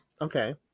okay